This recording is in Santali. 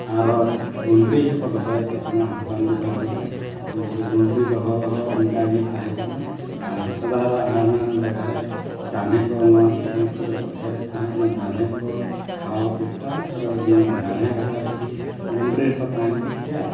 ᱟᱨᱚ ᱜᱩᱸᱰᱨᱤ ᱦᱚᱸᱠᱚ ᱫᱚᱦᱚᱭᱮᱫ ᱠᱚ ᱛᱟᱦᱮᱱᱟ ᱦᱟᱯᱲᱟᱢ ᱵᱤᱫᱟᱹᱞ ᱨᱮᱫᱚ ᱩᱱᱠᱩ ᱜᱩᱸᱰᱨᱤ ᱫᱚᱦᱚ ᱦᱚᱸ ᱚᱱᱠᱟ ᱜᱮ ᱛᱟᱦᱮᱸ ᱠᱟᱱᱟ ᱟᱨ ᱥᱮᱫᱟᱭ ᱫᱚ ᱟᱭᱢᱟ ᱡᱟᱭᱜᱟ ᱨᱮ ᱡᱟᱱᱦᱮ ᱠᱚ ᱱᱚᱣᱟ ᱫᱤᱥᱚᱢ ᱠᱚᱨᱮ ᱫᱚᱠᱚ ᱮᱨᱮᱫ ᱛᱟᱦᱮᱸᱫ ᱚᱱᱟ ᱡᱟᱱᱦᱮ ᱠᱚ ᱠᱷᱟᱣᱟᱣ ᱠᱮ ᱠᱚᱣᱟ ᱟᱨ ᱚᱱᱟ ᱡᱟᱱᱦᱮ ᱜᱟᱡᱟᱲ ᱨᱮᱜᱮ ᱜᱩᱸᱰᱨᱤ ᱦᱚᱸᱠᱚ ᱛᱟᱦᱮᱸ ᱠᱚᱜ ᱠᱮᱭᱟ